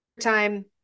time